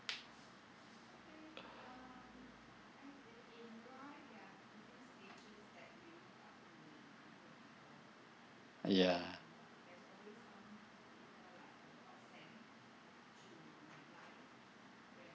ya